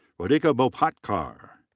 radhika bhopatkar.